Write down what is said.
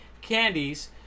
candies